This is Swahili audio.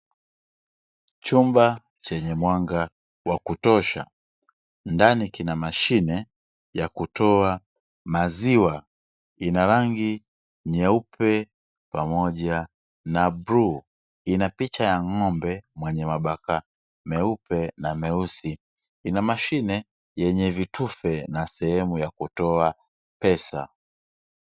Chumba chenye mwanga wa kutosha, ndani kina mashine ya kutoa maziwa, ina rangi nyeupe pamoja na bluu, ina picha ya ng'ombe mwenye mabaka meupe na meusi, ina mashine yenye vitufe na sehemu ya kutoa pesa.